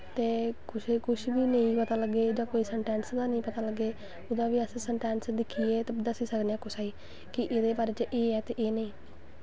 ते कुछ नेईं पता लग्गे जां संटैंस दा निं पता लग्गे कुदै बी अस संटैंस दिक्खियै ते दस्सी सकने आं कुसे गी कि एह्दे बारे च एह् ऐ ते एह् नेईं